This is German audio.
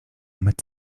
mit